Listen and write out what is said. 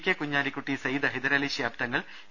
K Kunhalikutty Sayyid Hyderali Shihab Thangal E